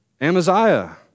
Amaziah